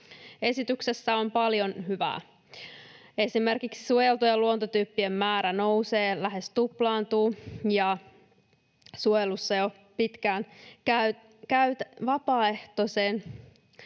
Esityksessä on paljon hyvää. Esimerkiksi suojeltujen luontotyyppien määrä nousee, lähes tuplaantuu, ja suojelussa jo pitkään vapaaehtoiseen